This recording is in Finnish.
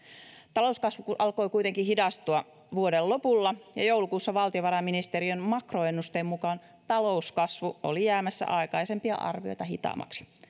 talouskasvu alkoi kuitenkin hidastua vuoden lopulla ja joulukuussa valtiovarainministeriön makroennusteen mukaan talouskasvu oli jäämässä aikaisempia arvioita hitaammaksi